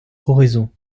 oraison